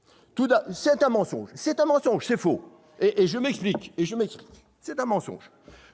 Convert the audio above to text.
et un mensonge à un double titre. Oh ! Oui, c'est faux !